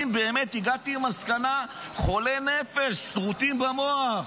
הגעתי למסקנה, זה אנשים חולי נפש, סרוטים במוח.